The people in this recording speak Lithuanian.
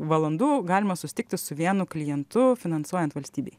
valandų galima susitikti su vienu klientu finansuojant valstybei